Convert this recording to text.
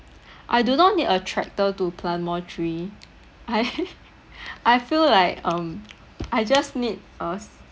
I do not need a tractor to plant more tree I I feel like um I just need a